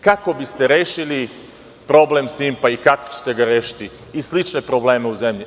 Kako biste rešili problem „Simpa“ i kako ćete ga rešiti i slične probleme u zemlji?